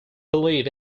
believe